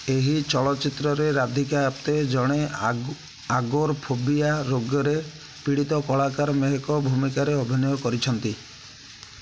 ଏହି ଚଳଚ୍ଚିତ୍ରରେ ରାଧିକା ଆପ୍ତେ ଜଣେ ଆଗୋ ଆଗୋରଫୋବିଆ ରୋଗରେ ପୀଡ଼ିତ କଳାକାର ମେହକ ଭୂମିକାରେ ଅଭିନୟ କରିଛନ୍ତି